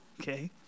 okay